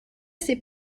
ses